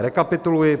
Rekapituluji: